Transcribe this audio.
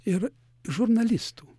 ir žurnalistų